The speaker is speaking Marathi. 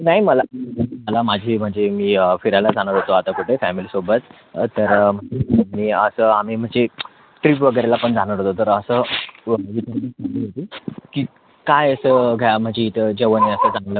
नाही मला मला माझे म्हणजे मी फिरायला जाणार होतो आता कुठं फॅमेलीसोबत तर मी असं आम्ही म्हणजे ट्रिप वगैरेला पण जाणार होतो तर असं की काय असं घ्या म्हणजे इथं जेवण आहे असं चांगलं